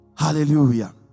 Hallelujah